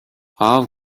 аав